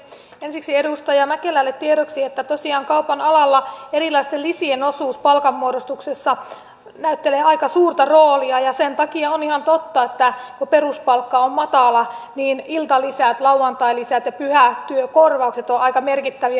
ensiksi edustaja mäkelälle tiedoksi että tosiaan kaupan alalla erilaisten lisien osuus palkanmuodostuksessa näyttelee aika suurta roolia ja sen takia on ihan totta että kun peruspalkka on matala niin iltalisät lauantailisät ja pyhätyökorvaukset ovat aika merkittäviä